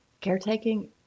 Caretaking